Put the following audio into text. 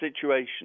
situation –